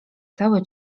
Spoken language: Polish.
cały